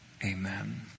Amen